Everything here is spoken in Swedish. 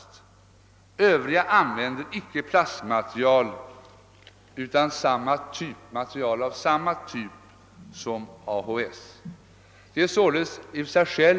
De övriga använder inte plastmaterial utan material av samma typ som AHS.